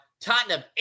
Tottenham